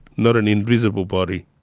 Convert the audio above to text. not an invisible body.